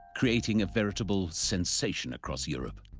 creating a veritable sensation across europe.